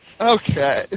Okay